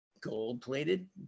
gold-plated